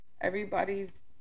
Everybody's